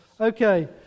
Okay